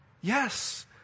Yes